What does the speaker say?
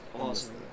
awesome